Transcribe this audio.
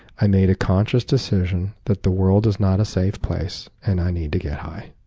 i made a conscious decision that the world is not a safe place and i need to get high.